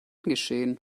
geschehen